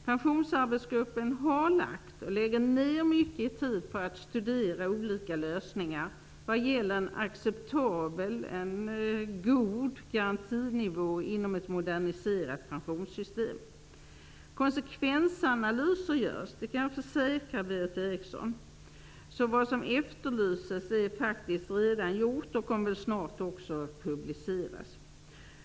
Pensionsarbetsgruppen har lagt, och lägger fortfarande ner, mycket tid på studier av olika lösningar vad gäller en acceptabel, ja, en god garantinivå i ett moderniserat pensionssystem. Konsekvensanalyser görs också. Det kan jag försäkra Berith Eriksson om. Vad som efterlyses är alltså faktiskt redan gjort och kommer snart att publiceras.